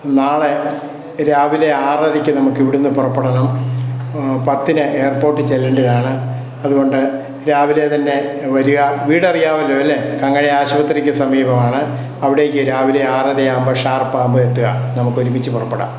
നാളെ രാവിലെ ആറരയ്ക്ക് നമുക്ക് ഇവിടുന്ന് പുറപ്പെടണം പത്തിന് എയർപോർട്ടിൽ ചെല്ലേണ്ടതാണ് അതുകൊണ്ട് രാവിലെ തന്നെ വരിക വീട് അറിയാമല്ലോ അല്ലേ കങ്കര ആശുപത്രിക്ക് സമീപമാണ് അവിടേക്ക് രാവിലെ ആറരയാകുമ്പോള് ഷാർപ്പ് ആകുമ്പോള് എത്തുക നമുക്ക് ഒരുമിച്ച് പുറപ്പെടാം